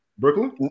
Brooklyn